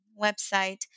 website